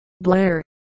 Blair